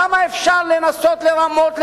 כמה אפשר לנסות לרמות,